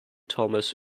thomas